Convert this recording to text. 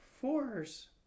force